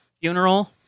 funeral